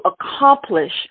accomplish